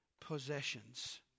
possessions